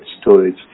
storage